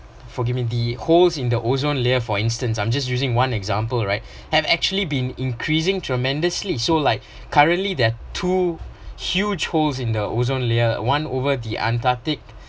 forgive me the holes in the ozone layer for instance I’m just using one example right had actually been increasing tremendously so like currently there’re two huge holes in the ozone layer one over the antarctic